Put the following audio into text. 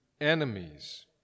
Enemies